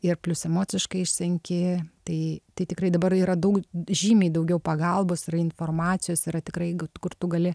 ir plius emociškai išsenki tai tai tikrai dabar yra daug žymiai daugiau pagalbos yra informacijos yra tikrai kur tu gali